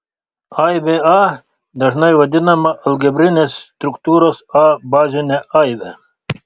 aibė a dažnai vadinama algebrinės struktūros a bazine aibe